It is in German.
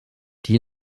die